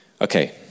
Okay